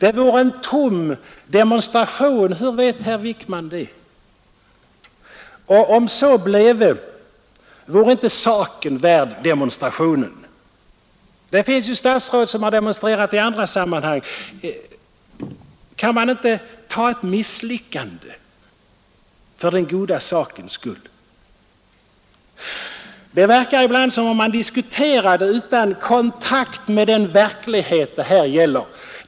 En tom demonstration, säger herr Wickman — hur vet herr Wickman det? Och om så bleve, vore inte saken värd demonstrationen? Statsråd har ju demonstrerat i andra sammanhang. Kan man inte ta ett misslyckande för den goda sakens skull? Det verkar ibland som om man diskuterade utan kontakt med den verklighet det här gäller.